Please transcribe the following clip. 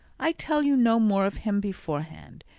i tell you no more of him beforehand.